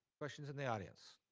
questions in the audience.